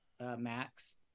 max